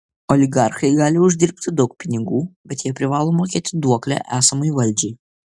oligarchai gali uždirbti daug pinigų bet jie privalo mokėti duoklę esamai valdžiai